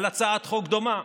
על הצעת חוק דומה.